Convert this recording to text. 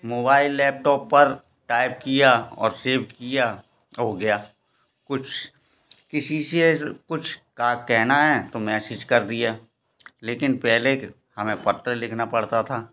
mobile laptop पर type किया और सेव किया हो गया कुछ किसी से कहना है तो मैसेज कर दिया लेकिन पहले हमें पत्र लिखना पड़ता था